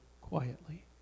quietly